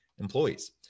employees